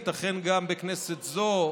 ייתכן שגם בכנסת זו,